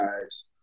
guys